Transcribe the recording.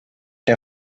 der